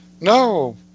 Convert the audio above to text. No